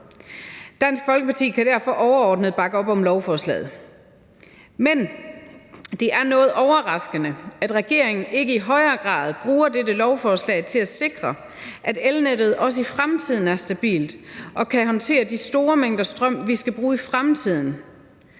Dansk Folkeparti kan derfor overordnet bakke op om lovforslaget. Men det er noget overraskende, at regeringen ikke i højere grad bruger dette lovforslag til at sikre, at elnettet også i fremtiden er stabilt og kan håndtere de store mængder strøm, vi skal bruge i fremtiden.